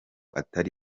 atari